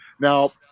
Now